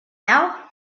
now